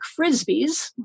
frisbees